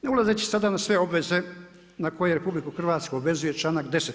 Ne ulazeći sada na sve obveze na koje RH obvezuje članak 10.